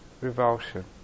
revulsion